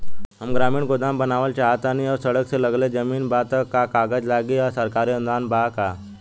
हम ग्रामीण गोदाम बनावल चाहतानी और सड़क से लगले जमीन बा त का कागज लागी आ सरकारी अनुदान बा का?